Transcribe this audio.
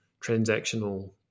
transactional